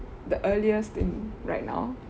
the earliest in right now